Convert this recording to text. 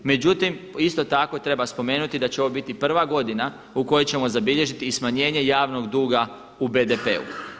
Međutim, isto tako treba spomenuti da će ovo biti prva godina u kojoj ćemo zabilježiti i smanjenje javnog duga u BDP-u.